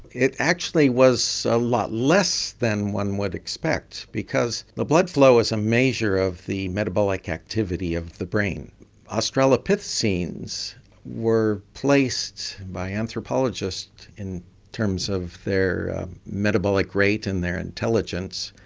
it actually was a lot less than one would expect because the blood flow is a measure of the metabolic activity of the brain australopithecines were placed by anthropologists, in terms of their metabolic rate and their intelligence,